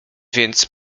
więc